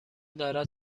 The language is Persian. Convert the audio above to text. دارد